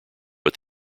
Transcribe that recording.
but